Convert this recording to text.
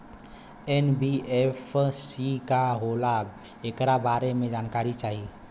NBFC का होला ऐकरा बारे मे जानकारी चाही?